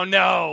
no